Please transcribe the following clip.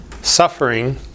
Suffering